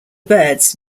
birds